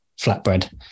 flatbread